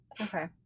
Okay